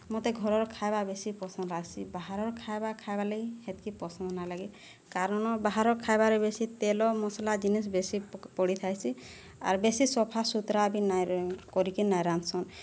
ମୋତେ ଘରର ଖାଇବା ବେଶୀ ପସନ୍ଦ ଆସି ବାହାରର ଖାଇବା ଖାଇବାର୍ ଲାଗି ହେତିକି ପସନ୍ଦ ନାହିଁ ଲାଗି କାରଣ ବାହାର ଖାଇବାରେ ବେଶୀ ତେଲ ମସଲା ଜିନିଷ୍ ବେଶୀ ପଡ଼ିଥାଏସି ଆର୍ ବେଶୀ ସଫା ସୁତରା ବି ନାହିଁ ରହେ କରିକି ନାହିଁ ରାନ୍ଧୁସନ୍